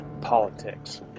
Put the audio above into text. politics